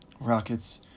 Rockets